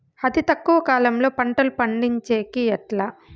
అతి తక్కువ కాలంలో పంటలు పండించేకి ఎట్లా?